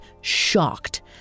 shocked